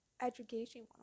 education